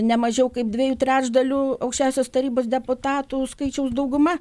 ne mažiau kaip dviejų trečdalių aukščiausiosios tarybos deputatų skaičiaus dauguma